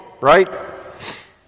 right